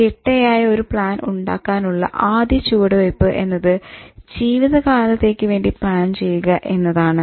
ചിട്ടയായ ഒരു പ്ലാൻ ഉണ്ടാക്കാനുള്ള ആദ്യ ചുവടുവയ്പ്പ് എന്നത് ജീവിതകാലത്തേക്ക് വേണ്ടി പ്ലാൻ ചെയ്യുക എന്നതാണ്